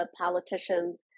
politicians